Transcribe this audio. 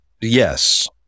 yes